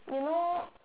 you know